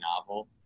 novel